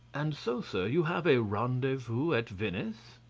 and so, sir, you have a rendezvous at venice?